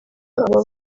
aba